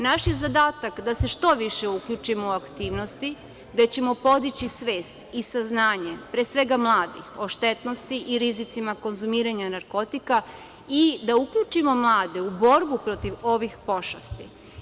Naš je zadatak da se što više uključimo u aktivnosti gde ćemo podići svest i saznanje, pre svega mladih, o štetnosti i rizicima konzumiranja narkotika i da uključimo mlade u borbu protiv ovih pošasti.